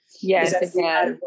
Yes